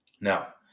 Now